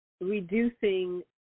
reducing